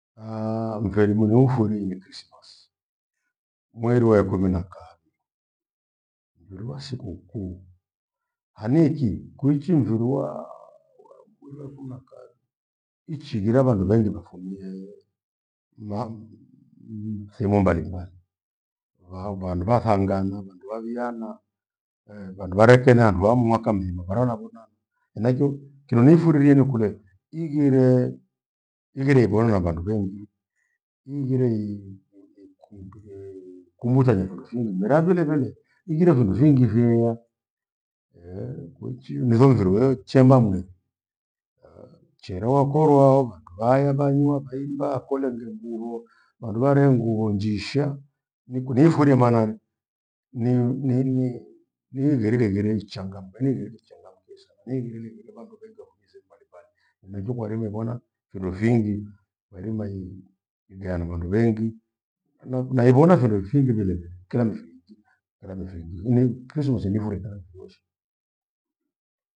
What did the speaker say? Mfiri nihufurie ni krismasi. Mweri wa ikumi na kawi, mfiri wa wasikukuu, hanikii kuichi mfiri waaa- waigwere- wakumi na kawi ichighire vandu vengi vafumie mah- mmh- thehemu mbalimbali. Va- vandu vathangana vandu waviana, vandu varekenyana vamu mwaka mzima vara navona, henaicho kindo nifurie nikule ighire- ighire ivona na vandu vengi. Ighire hii- ikumbie kumbushana phindo fingi mira vile petha ighire findu fingi viwiwa ehe!kuichi nitho mfiri wee chemba mng'e aah! cherewa korwa oh! vandu vaaya vanywa kwailiva khole mghire mduhu, vandu varehe nguo njisha niku- niifurie mbarare ni- ni- nimverie igheri lichakamka nihileghire lichangamke sana. Nihileghire vindu vangu vengi wakuvise mbalimbali, nimwacho mwarive vona findo fingi kwairimaii igeana vandu vengi. Na- naivona findo fingi vile kila mfirichi hena mifirigi huneichi kesho wasindifureta kioshi.